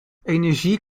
energie